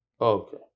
okay